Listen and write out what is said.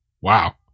Wow